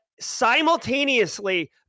simultaneously